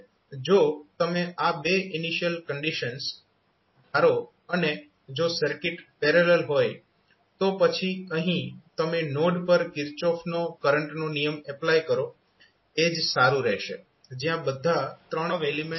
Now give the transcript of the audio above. જો તમે આ બે ઇનિશિયલ કંડીશન્સ ધારો અને જો સર્કિટ પેરેલલ હોય તો પછી અહીં તમે નોડ પર કિર્ચોફનો કરંટનો નિયમ એપ્લાય કરો એ જ સારું રહેશે જ્યાં બધા 3 એલીમેન્ટ જોડાયેલા છે